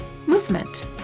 movement